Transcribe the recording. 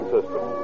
System